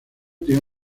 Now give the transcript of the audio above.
tiene